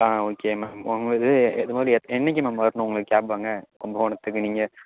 ஆ okay ma'am உங்களது இது மாதிரி எத் இன்னைக்கி மேம் வரணும் உங்களுக்கு கேப் அங்கே கும்பகோணத்துக்கு நீங்கள்